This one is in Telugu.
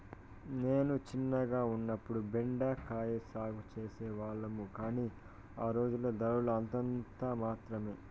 నేను చిన్నగా ఉన్నప్పుడు బెండ కాయల సాగు చేసే వాళ్లము, కానీ ఆ రోజుల్లో ధరలు అంతంత మాత్రమె